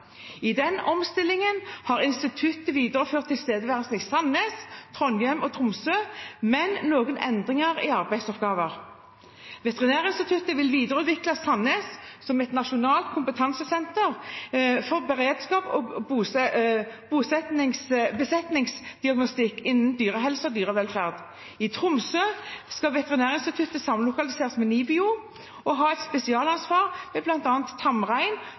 Tromsø med noen endringer i arbeidsoppgaver. Veterinærinstituttet vil videreutvikle Sandnes som et nasjonalt kompetansesenter for beredskap og besetningsdiagnostikk innenfor dyrehelse og dyrevelferd. I Tromsø skal Veterinærinstituttet samlokaliseres med NIBIO og ha et spesialansvar for bl.a. tamrein,